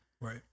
Right